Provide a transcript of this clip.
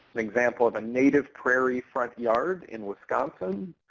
an example of a native prairie front yard in wisconsin.